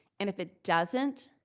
and if it doesn't,